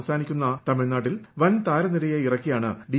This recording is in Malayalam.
അവസാനിക്കുന്ന തമിഴ്നാട്ടിൽ വൻതാരനിരയെ ഇറക്കിയാണ് ഡി